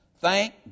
Thank